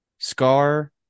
Scar